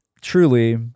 truly